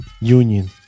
Union